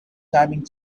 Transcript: timing